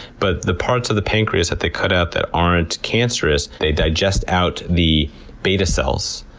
but the parts of the pancreas that they cut out that aren't cancerous, they digest out the beta cells,